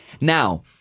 Now